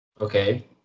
Okay